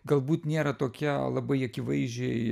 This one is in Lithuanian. galbūt nėra tokia labai akivaizdžiai